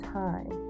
time